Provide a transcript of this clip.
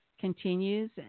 continues